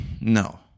no